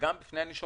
וגם בפני הנישומים,